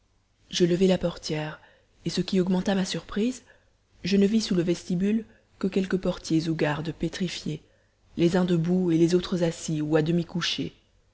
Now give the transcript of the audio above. je levai la portière et ce qui augmenta ma surprise je ne vis sous le vestibule que quelques portiers ou gardes pétrifiés les uns debout et les autres assis ou à demi couchés